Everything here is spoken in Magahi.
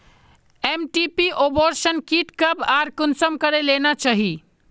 एम.टी.पी अबोर्शन कीट कब आर कुंसम करे लेना चही?